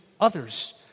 others